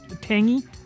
tangy